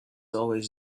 always